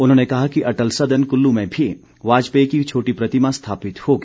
उन्होंने कहा कि अटल सदन कुल्लू में भी वाजपेयी की छोटी प्रतिमा स्थापित होगी